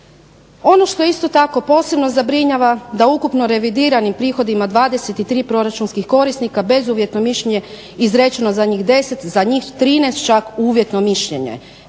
Ono što isto tako posebno zabrinjava da ukupno revidiranim prihodima 23 proračunskih korisnika bezuvjetno mišljenje izrečeno za njih 10 za njih 13 čak uvjetno mišljenje